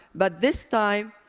but this time,